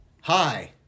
Hi